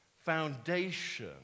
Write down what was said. foundation